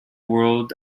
world